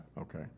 Okay